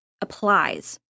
applies